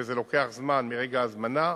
וזה לוקח זמן מרגע ההזמנה.